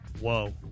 Whoa